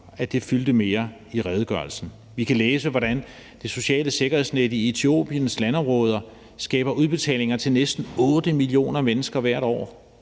mig fyldte mere i redegørelsen. Vi kan læse, hvordan det sociale sikkerhedsnet i Etiopiens landområder skaber udbetalinger til næsten 8 millioner mennesker hvert år.